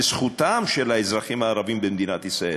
בזכותם של האזרחים הערבים במדינת ישראל.